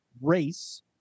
race